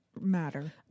matter